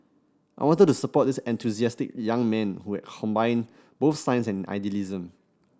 I wanted to support this enthusiastic young man who had combined both science and idealism